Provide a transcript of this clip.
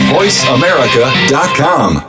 VoiceAmerica.com